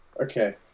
Okay